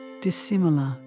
dissimilar